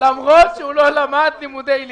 למרות שהוא לא למד לימודי ליבה.